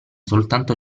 soltanto